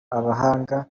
b’abahanga